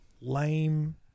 lame